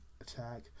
attack